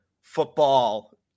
football